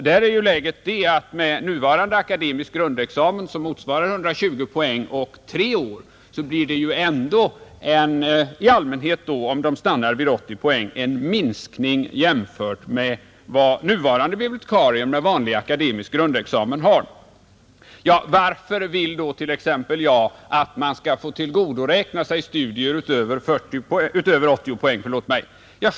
Där är läget det att med nuvarande akademisk grundexamen som motsvarar 120 poäng och tre år blir det i allmänhet, om de stannar vid 80 poäng, en minskning jämfört med vad nuvarande bibliotekarier med vanlig akademisk grundexamen har, Varför vill då t.ex. jag att man skall få tillgodoräkna sig studier utöver 80 poäng?